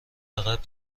عقب